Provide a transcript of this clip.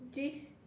this